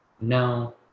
No